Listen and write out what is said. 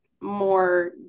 more